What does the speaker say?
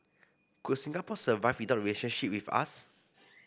could Singapore survive without the relationship with us